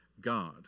God